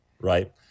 right